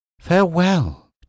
Farewell